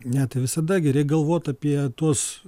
ne tai visada geri galvot apie tuos